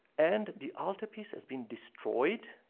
and the altarpiece has been destroyed,